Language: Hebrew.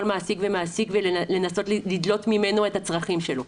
מעסיק ומעסיק ולנסות לדלות ממנו את הצרכים שלו.